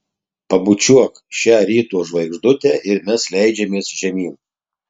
pabučiuok šią ryto žvaigždutę ir mes leidžiamės žemyn